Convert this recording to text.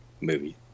movie